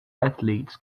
athletes